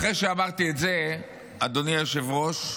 אחרי שאמרתי את זה, אדוני היושב-ראש,